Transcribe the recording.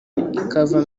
ikava